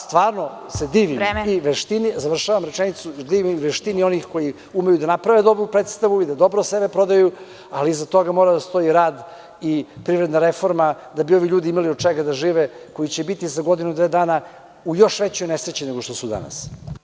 Stvarno se divim i veštini onih koji umeju da naprave dobru predstavu i da dobro sebe prodaju, ali iza toga mora da stoji rad i privredna reforma da bi ovi ljudi imali od čega da žive, koji će biti za godinu, dve u još većoj nesreći nego što su danas.